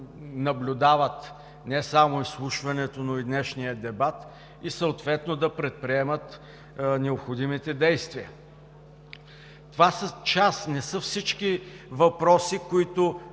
наблюдават не само изслушването, но и днешния дебат, и съответно да предприемат необходимите действия. Това са част, не са всички въпроси, които